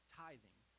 tithing